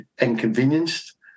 inconvenienced